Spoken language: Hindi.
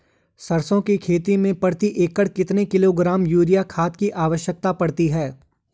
सरसों की खेती में प्रति एकड़ कितने किलोग्राम यूरिया खाद की आवश्यकता पड़ती है?